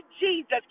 Jesus